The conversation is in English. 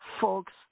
Folks